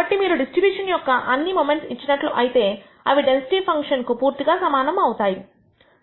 కాబట్టి మీరు డిస్ట్రిబ్యూషన్ యొక్క అన్ని మొమెంట్స్ ఇచ్చినట్లు అట్లయితే అవి డెన్సిటీ ఫంక్షన్ కు పూర్తిగా సమానం అవుతుంది